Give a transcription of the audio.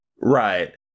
Right